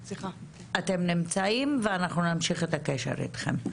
אתם נמצאים, ואנחנו נמשיך את הקשר איתכם.